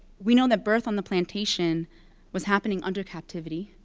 we know that birth on the plantation was happening under captivity.